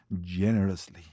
generously